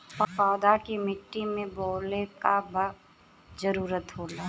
पौधा के मिट्टी में बोवले क कब जरूरत होला